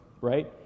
right